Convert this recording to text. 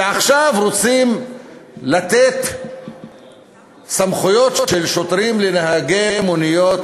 ועכשיו רוצים לתת סמכויות של שוטרים לנהגי מוניות